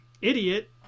idiot